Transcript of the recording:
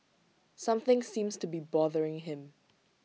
something seems to be bothering him